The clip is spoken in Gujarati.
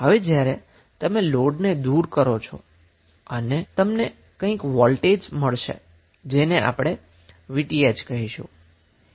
હવે જ્યારે તમે લોડને દુર કરો છો ત્યારે તમને કઈંક વોલ્ટેજ મળશે જેને આપણે Vth કહીશું